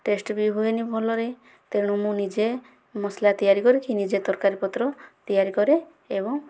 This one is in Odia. ଟେଷ୍ଟ ବି ହୁଏନି ଭଲରେ ତେଣୁ ମୁଁ ନିଜେ ମସଲା ତିଆରି କରିକି ନିଜେ ତରକାରୀ ପତ୍ର ତିଆରି କରେ ଏବଂ